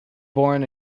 born